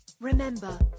remember